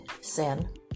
sin